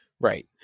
Right